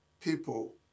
people